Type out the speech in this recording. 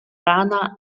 rana